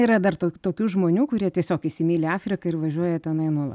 tai yra dar to tokių žmonių kurie tiesiog įsimyli afriką ir važiuoja tenai nu